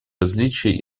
различия